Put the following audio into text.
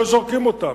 לא היו זורקים אותם,